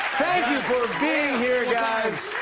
thank you for being here, guys.